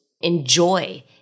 enjoy